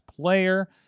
player